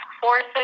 forces